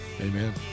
amen